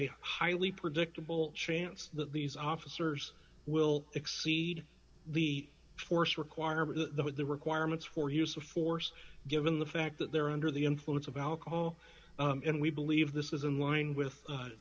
a highly predictable chance that the officers will exceed the force requirement to the requirements for use of force given the fact that they're under the influence of alcohol and we believe this is in line with